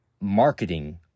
marketing